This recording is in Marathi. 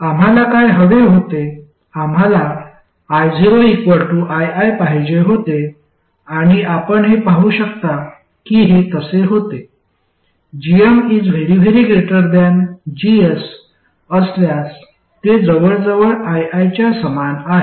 आम्हाला काय हवे होते आम्हाला io ii पाहिजे होते आणि आपण हे पाहू शकता की हे तसे होते gm GS असल्यास ते जवळजवळ ii च्या समान आहे